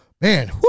man